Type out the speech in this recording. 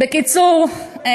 בקיצור,